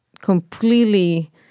completely